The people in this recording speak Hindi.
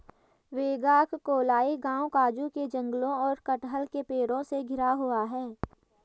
वेगाक्कोलाई गांव काजू के जंगलों और कटहल के पेड़ों से घिरा हुआ है